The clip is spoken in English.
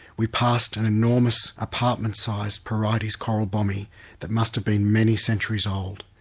we passed an enormous apartment-size porites coral bommy that must have been many centuries old.